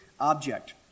object